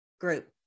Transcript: group